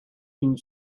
une